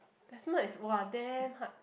decimal is !wah! damn hard